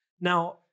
Now